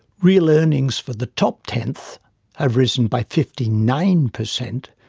real earnings for the top tenth have risen by fifty nine per cent,